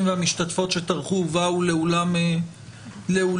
והמשתתפות שטרחו ובאו לאולם הוועדה,